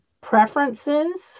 preferences